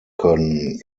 können